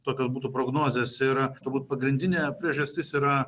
tokios būtų prognozės ir turbūt pagrindinė priežastis yra